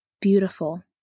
beautiful